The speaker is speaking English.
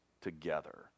together